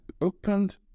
opened